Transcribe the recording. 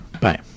bye